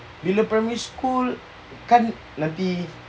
bila primary school kan nanti